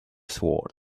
sword